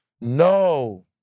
no